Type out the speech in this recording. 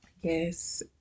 Yes